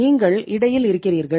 நீங்கள் இடையில் இருக்கிறீர்கள்